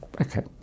Okay